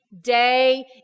Day